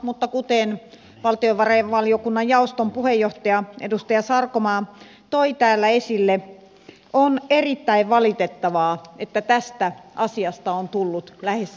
mutta kuten valtiovarainvaliokunnan jaoston puheenjohtaja edustaja sarkomaa toi täällä esille on erittäin valitettavaa että tästä asiasta on tullut lähes ikiliikkuja